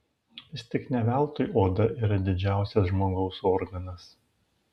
vis tik ne veltui oda yra didžiausias žmogaus organas